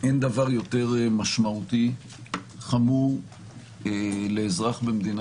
אין דבר יותר משמעותי וחמור לאזרח במדינה